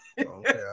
Okay